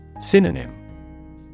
Synonym